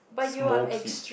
small kid